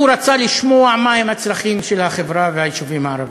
והוא רצה לשמוע מה הם הצרכים של החברה והיישובים הערביים.